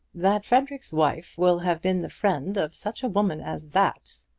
that frederic's wife will have been the friend of such a woman as that!